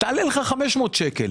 תעלה לך 500 שקלים.